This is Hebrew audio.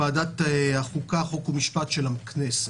ועדת החוקה חוק ומשפט של הכנסת.